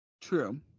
true